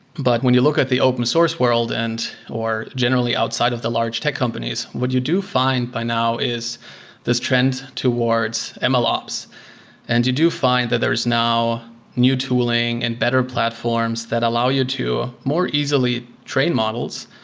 but when you look at the open source world and or generally outside of the large tech companies, what you do find by now is this trend towards and ml ops and you do find that there is now new tooling and better platforms that allow you to more easily train models,